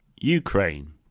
Ukraine